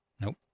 Nope